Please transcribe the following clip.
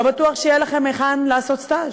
לא בטוח שיהיה לכם היכן לעשות סטאז',